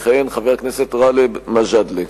יכהן חבר הכנסת גאלב מג'אדלה.